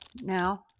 now